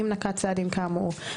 אם נקט צעדים כאמור,